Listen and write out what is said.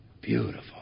Beautiful